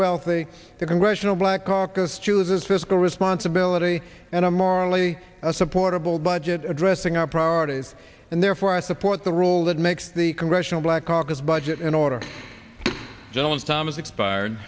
wealthy the congressional black caucus chooses fiscal responsibility and i'm morally supportable budget addressing our priorities and therefore i support the rule that makes the congressional black caucus budget in order gentleman's time has expired